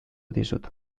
dizut